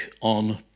on